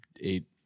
eight